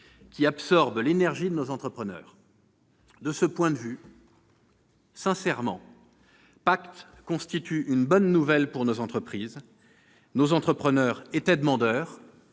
qui absorbent l'énergie de nos entrepreneurs. De ce point de vue, sincèrement, le projet de loi Pacte constitue une bonne nouvelle pour nos entreprises. Nos entrepreneurs étaient demandeurs.